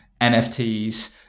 NFTs